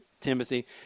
Timothy